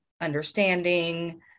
understanding